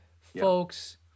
folks